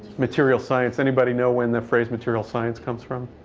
material science, anybody know when the phrase material science comes from?